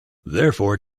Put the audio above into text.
therefore